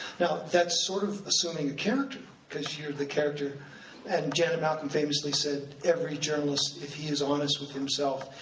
now, that's sort of assuming a character, cause you're the character and and janet malcolm famously said, every journalist, if he is honest with himself,